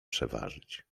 przeważyć